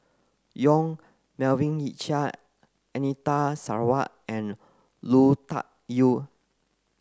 Yong Melvin Yik Chye Anita Sarawak and Lui Tuck Yew